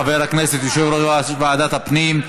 חבר הכנסת יושב-ראש ועדת הפנים.